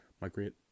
migrate